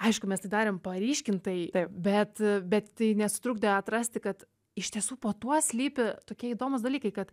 aišku mes tai darėm paryškintai bet bet tai nesutrukdė atrasti kad iš tiesų po tuo slypi tokie įdomūs dalykai kad